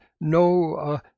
no